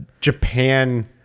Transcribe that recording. Japan